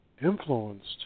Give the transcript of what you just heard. Influenced